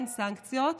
אין סנקציות.